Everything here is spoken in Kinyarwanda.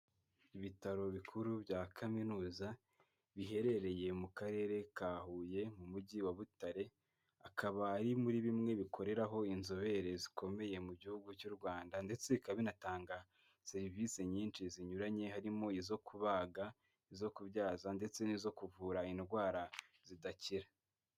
Ibitaro bikuru bya Kaminuza biherereye mu Karere ka Huye mu mujyi wa Butare, akaba ari muri bimwe bikoreraho inzobere zikomeye mu gihugu cy'u Rwanda ndetse bikaba binatanga serivisi nyinshi zinyuranye harimo izo kubaga, izo kubyaza ndetse n'izo kuvura indwara zidakira.